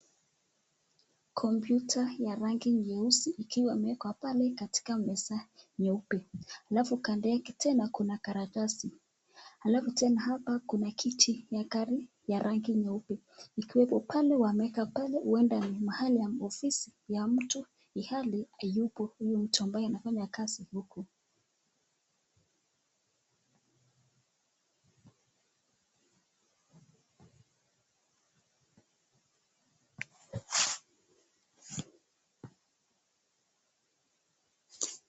Kompyuta ya rangi nyeusi ikiwa imewekwa pale katika mesa nyeupe. Alafu kando yake tena kuna karatasi. Alafu tena hapa kuna kiti ya gari ya rangi nyeupe ikiwepo pale wameweka pale huenda ni mahali ya ofisi ya mtu ihali hayupo huyu mtu ambaye anafanya kazi huku.